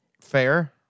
fair